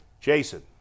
Jason